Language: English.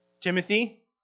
Timothy